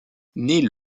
naît